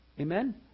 Amen